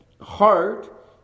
heart